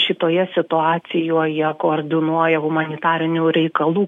šitoje situacijoje koordinuoja humanitarinių reikalų